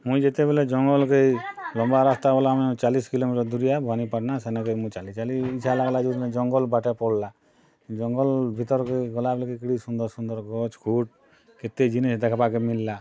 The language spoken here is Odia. ମୁଇଁ ଯେତେବେଲେ ଜଙ୍ଗଲ୍ କେ ଲମ୍ବା ରାସ୍ତା ଗଲା ମୁଇଁ ଚାଲିଶ୍ କିଲୋମିଟର୍ ଦୁରିଆ ଭବାନୀପାଟ୍ଣା ସେନ୍କେ ମୁଇଁ ଚାଲି ଚାଲି ଜଙ୍ଗଲ୍ ବାଟେ ପଡ଼୍ଲା ଜଙ୍ଗଲ୍ ଭିତର୍ କେ ଗଲାବେଲ୍କେ କେତେ ସୁନ୍ଦର୍ ସୁନ୍ଦର୍ ଗଛ୍ ଖୁଟ୍ କେତେ ଜିନିଷ୍ ଦେଖ୍ବାକେ ମିଲ୍ଲା